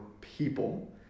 people